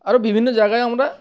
আরও বিভিন্ন জায়গায় আমরা